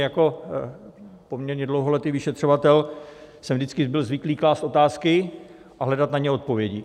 Jako poměrně dlouholetý vyšetřovatel jsem vždycky byl zvyklý klást otázky a hledat na ně odpovědi.